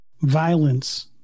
violence